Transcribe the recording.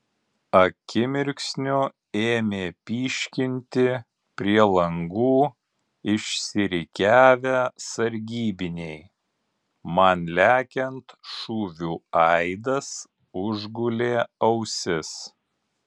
akimirksniu ėmė pyškinti prie langų išsirikiavę sargybiniai man lekiant šūvių aidas užgulė ausis